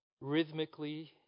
rhythmically